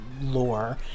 lore